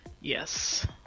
Yes